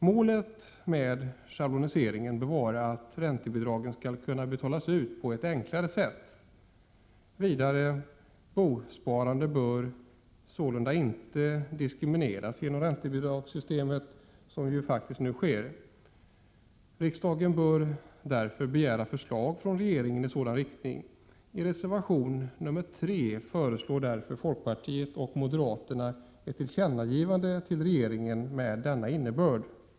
Målet med schabloniseringen bör vara att räntebidragen skall kunna betalas ut på ett enklare sätt. Vidare bör bosparande sålunda inte diskrimineras genom räntebidragssystemet, som faktiskt nu är fallet. Riksdagen bör därför begära förslag från regeringen i sådan riktning. I reservation 3 föreslår folkpartiet och moderaterna ett tillkännagivande till regeringen med en sådan innebörd.